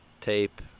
tape